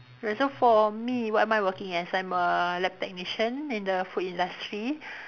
and so for me what am I working as I'm a lab technician in the food industry